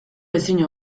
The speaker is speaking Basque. ezin